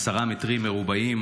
עשרה מטרים מרובעים,